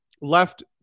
Left